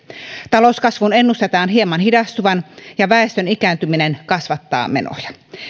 talouskasvun ennustetaan hieman hidastuvan ja väestön ikääntyminen kasvattaa menoja